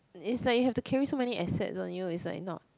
is like you have to carry so many assets on you is like not